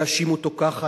יאשימו אותו ככה,